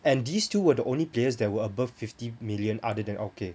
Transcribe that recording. and these two were the only players that were above fifty million other than okay